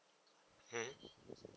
hmm